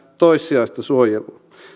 toissijaista suojelua